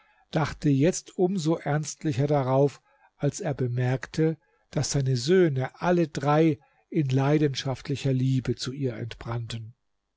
dachte jetzt um so ernstlicher darauf als er bemerkte daß seine söhne alle drei in leidenschaftlicher liebe zu ihr entbrannten